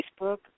Facebook